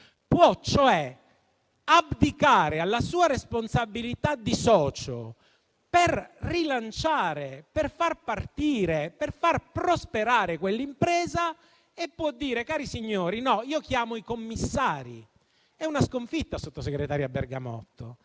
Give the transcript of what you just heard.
può abdicare alla sua responsabilità di socio, per rilanciare, per far partire, per far prosperare quell'impresa e può dire qualcosa del tipo: cari signori, no, io chiamo i commissari. Questa è una sconfitta, sottosegretaria Bergamotto,